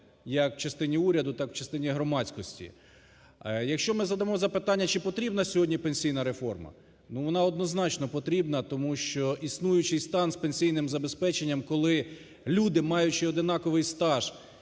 як в частині уряду, так в частині громадськості. Якщо ми задамо запитання, чи потрібна сьогодні пенсійна реформа, ну вона, однозначно, потрібна, тому що існуючий стан з пенсійним забезпеченням, коли люди, маючи одинаковий стаж